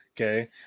Okay